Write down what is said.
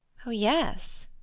oh yes!